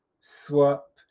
swap